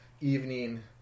evening